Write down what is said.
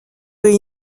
peut